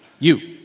you.